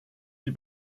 die